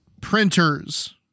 printers